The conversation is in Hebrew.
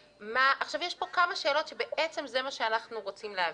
יש פה כמה שאלות ובעצם זה מה שאנחנו רוצים להבין.